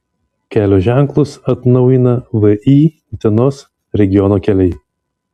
kelio ženklus atnaujina vį utenos regiono keliai